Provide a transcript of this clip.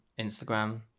Instagram